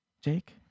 Jake